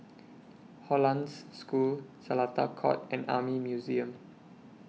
Hollandse School Seletar Court and Army Museum